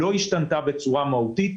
היא לא השתנתה בצורה מהותית.